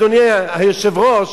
אדוני היושב-ראש,